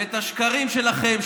ואת השקרים שלכם,